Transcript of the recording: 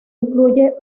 incluye